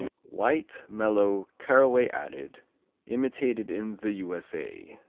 white mellow caraway-seeded. imitated in the u s a.